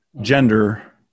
gender